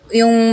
yung